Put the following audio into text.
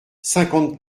cinquante